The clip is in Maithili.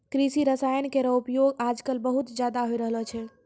कृषि रसायन केरो उपयोग आजकल बहुत ज़्यादा होय रहलो छै